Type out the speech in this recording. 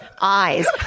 eyes